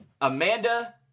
Amanda